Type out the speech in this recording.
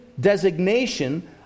designation